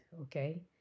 Okay